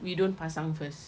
we don't pasang first